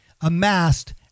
amassed